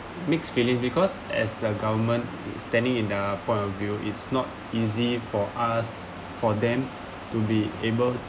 mixed feelings because as the government standing in a point of view it's not easy for us for them to be able